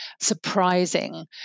surprising